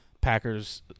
Packers